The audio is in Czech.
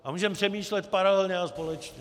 A můžeme přemýšlet paralelně a společně.